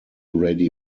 ready